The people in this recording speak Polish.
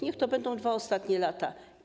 Niech to będą 2 ostatnie lata.